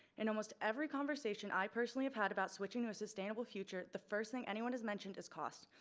in almost every conversation i personally have had about switching to a sustainable future. the first thing anyone has mentioned is cost.